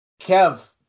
Kev